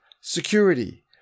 security